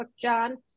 John